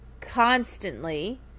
constantly